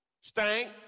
stank